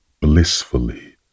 blissfully